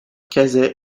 casey